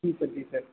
जी sir जी sir